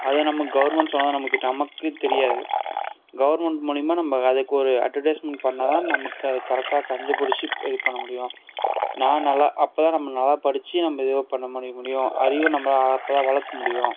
அது நம்ம கவர்மெண்ட் சொன்னால் தான் நமக்கே நமக்கே தெரியாது கவர்மெண்ட் மூலமா நம்ப வேலைக்கு ஒரு அட்வர்டைஸ்மெண்ட் பண்ணால் தான் நமக்கு அது கரெக்டாக கண்டுப்பிடிச்சி இது பண்ண முடியும் நான் நல்லா அப்போ தான் நம்ம நல்லா படித்து நம்ப எதையோ பண்ண பண்ணிக்க முடியும் அறிவு நம்பளால் அப்போ தான் வளர்க்க முடியும்